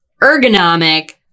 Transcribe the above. ergonomic